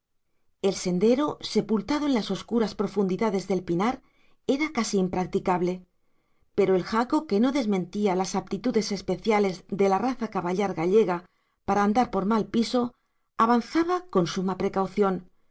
el sendero sepultado en las oscuras profundidades del pinar era casi impracticable pero el jaco que no desmentía las aptitudes especiales de la raza caballar gallega para andar por mal piso avanzaba con suma precaución